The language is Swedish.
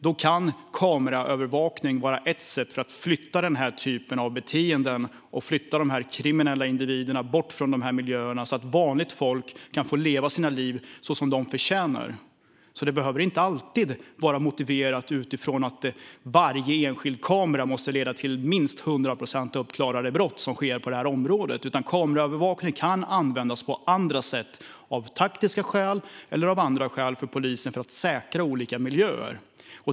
Då kan kameraövervakning vara ett sätt att flytta sådant beteende och kriminella individer bort från dessa miljöer så att vanligt folk kan få leva sina liv som de förtjänar. Det behöver alltså inte alltid motiveras utifrån att varje enskild kamera måste leda till minst 100 procent uppklarade brott som sker i området. Kameraövervakning kan användas på andra sätt, av taktiska skäl eller av andra skäl, av polisen för att säkra olika miljöer.